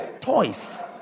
toys